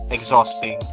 exhausting